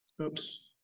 Oops